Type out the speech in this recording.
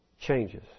changes